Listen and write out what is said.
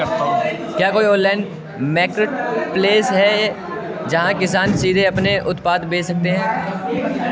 क्या कोई online marketplace है जहाँ किसान सीधे अपने उत्पाद बेच सकते हैं?